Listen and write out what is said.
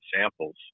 samples